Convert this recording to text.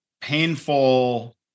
painful